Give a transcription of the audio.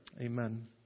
Amen